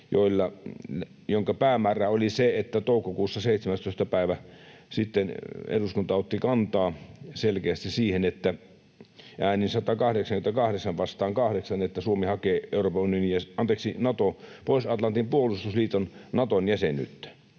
joiden päämäärä oli se, että toukokuussa 17. päivä sitten eduskunta otti kantaa selkeästi äänin 188—8 siihen, että Suomi hakee Pohjois-Atlantin puolustusliiton, Naton, jäsenyyttä.